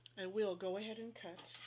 will go ahead and cut